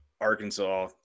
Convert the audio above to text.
Arkansas